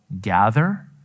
gather